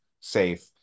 safe